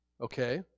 Okay